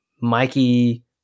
Mikey